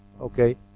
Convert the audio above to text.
okay